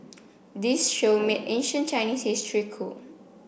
this show made ancient Chinese history cool